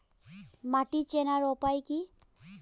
মাটি চেনার উপায় কি?